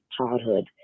childhood